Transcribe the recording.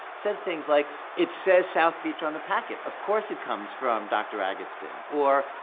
said things like, it says south beach on the packet. of course it comes from dr. agatston. or,